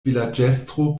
vilaĝestro